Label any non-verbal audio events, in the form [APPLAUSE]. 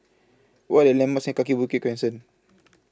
What Are The landmarks Kaki Bukit Crescent [NOISE]